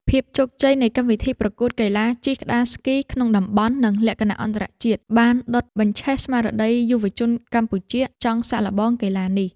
ភាពជោគជ័យនៃកម្មវិធីប្រកួតកីឡាជិះក្ដារស្គីក្នុងតំបន់ និងលក្ខណៈអន្តរជាតិ បានដុតបញ្ឆេះស្មារតីយុវជនកម្ពុជាឱ្យចង់សាកល្បងកីឡានេះ។